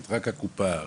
רק הקופה?